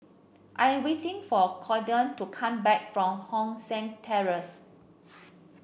I am waiting for Cordie to come back from Hong San Terrace